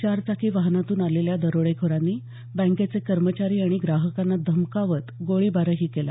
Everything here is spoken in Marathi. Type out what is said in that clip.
चारचाकी वाहनातून आलेल्या दरोडेखोरांनी बँकेचे कर्मचारी आणि ग्राहकांना धमकावत गोळीबारही केला